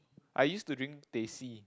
I used to drink teh C